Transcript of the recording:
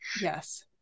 Yes